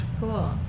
cool